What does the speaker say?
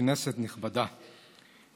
כנסת נכבדה,